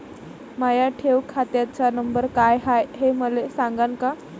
माया ठेव खात्याचा नंबर काय हाय हे मले सांगान का?